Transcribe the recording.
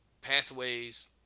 pathways